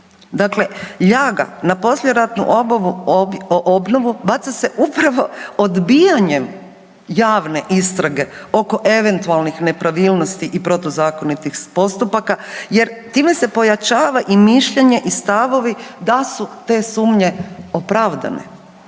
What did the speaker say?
Dakle, ljaga na poslijeratnu obnovu baca se upravo odbijanjem javne istrage oko eventualnih nepravilnosti i protuzakonitih postupaka jer time se pojačava i mišljenje i stavovi da su sumnje opravdane.